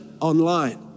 online